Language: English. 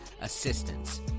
assistance